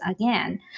again